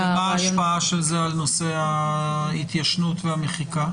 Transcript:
ומה ההשפעה של זה על נושא ההתיישנות והמחיקה?